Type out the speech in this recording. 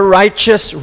righteous